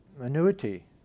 annuity